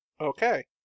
Okay